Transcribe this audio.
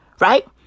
right